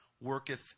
worketh